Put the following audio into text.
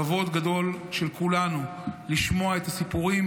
כבוד גדול של כולנו לשמוע את הסיפורים